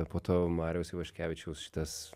po to mariaus ivaškevičiaus šitas